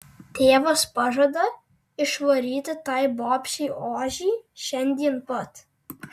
tėvas pažada išvaryti tai bobšei ožį šiandien pat